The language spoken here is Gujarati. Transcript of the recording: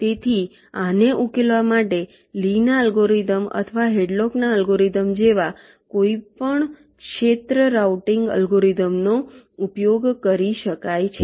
તેથી આને ઉકેલવા માટે લીના અલ્ગોરિધમ અથવા હેડલોકના અલ્ગોરિધમ જેવા કોઈપણ ક્ષેત્ર રાઉટિંગ અલ્ગોરિધમનો ઉપયોગ કરી શકાય છે